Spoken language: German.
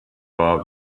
labour